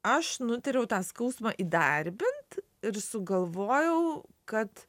aš nutariau tą skausmą įdarbint ir sugalvojau kad